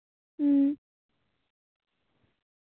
ᱦᱮᱸ